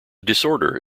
disorder